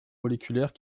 moléculaires